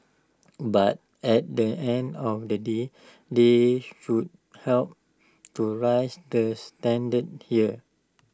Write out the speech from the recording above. but at the end of the day they should help to raise the standards here